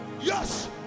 yes